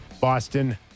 Boston